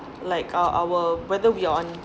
like uh our whether we are on